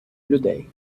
людей